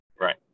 Right